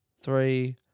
three